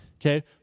okay